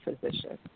physician